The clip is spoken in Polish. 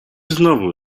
znowu